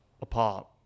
apart